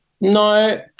No